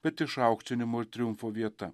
bet išaukštinimo ir triumfo vieta